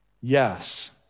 Yes